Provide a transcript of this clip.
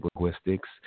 linguistics